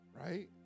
right